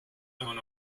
known